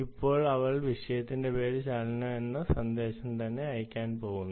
ഇപ്പോൾ അവൾ വിഷയത്തിന്റെ പേര് മോഷൻ എന്ന സന്ദേശം തന്നെ അയയ്ക്കാൻ പോകുന്നു